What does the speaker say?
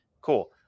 Cool